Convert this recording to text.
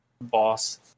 boss